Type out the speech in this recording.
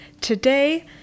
today